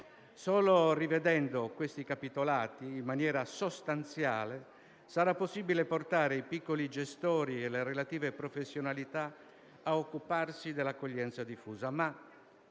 Solo rivedendo questi capitolati in maniera sostanziale sarà possibile portare i piccoli gestori e le relative professionalità a occuparsi dell'accoglienza diffusa.